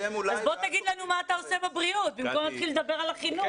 אז בוא תגיד לנו מה אתה עושה בבריאות במקום להתחיל לדבר על החינוך.